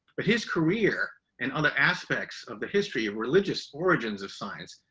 but his career and other aspects of the history of religious origins of science,